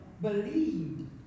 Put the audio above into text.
believed